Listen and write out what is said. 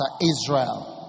Israel